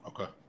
Okay